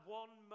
one